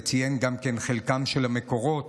וציין גם את חלקם של המקורות,